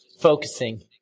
focusing